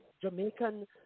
Jamaican